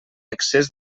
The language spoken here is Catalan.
excés